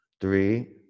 three